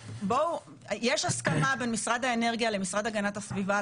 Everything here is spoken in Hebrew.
יש הסכמה בין משרד האנרגיה למשרד הגנת הסביבה,